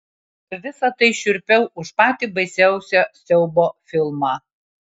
visa tai šiurpiau už patį baisiausią siaubo filmą